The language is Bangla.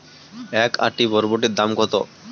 এক আঁটি বরবটির দাম কত?